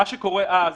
מה שקורה אז,